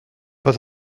pas